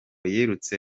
yirutse